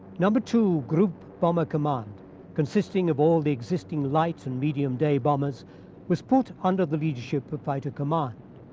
number two group bomber command consisting of all the existing lights and medium day bombers was put under the leadership of fighter command.